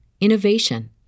innovation